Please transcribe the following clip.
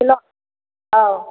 hello औ